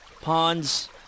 ponds